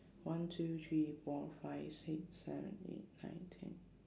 one two three four five six seven eight nine ten